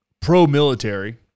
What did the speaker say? pro-military